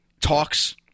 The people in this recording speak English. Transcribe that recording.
talks